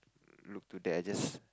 look to there I just